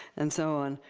and so on,